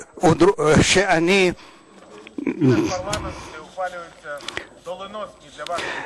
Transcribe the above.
הכנסת, שבה מחליטים החלטות גורליות למען מדינתכם,